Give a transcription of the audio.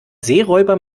seeräuber